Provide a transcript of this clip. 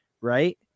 Right